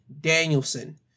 Danielson